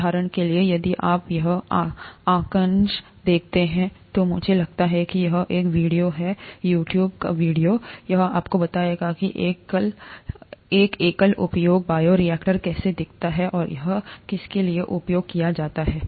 उदाहरण केलिए यदि आप यह आंकड़ा देखते हैं तो मुझे लगता है कि यह एक वीडियो है YouTube यह एक वीडियो है यह आपको बताएगा कि एक एकल उपयोग बायोरिएक्टर कैसा दिखता है और यह किसके लिए उपयोग किया जाता है